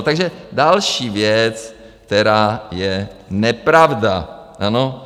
Takže další věc, která je nepravda, ano?